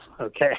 okay